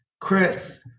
Chris